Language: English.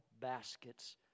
baskets